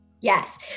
Yes